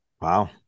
Wow